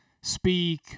speak